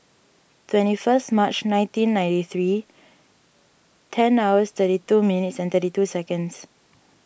twenty first March nineteen ninety three ten hours thirty two minutes and thirty two seconds